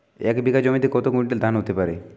এক বিঘা জমিতে কত কুইন্টাল ধান হতে পারে?